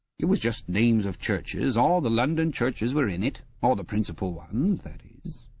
it was just names of churches. all the london churches were in it all the principal ones, that is